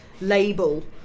label